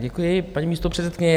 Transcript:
Děkuji, paní místopředsedkyně.